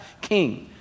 king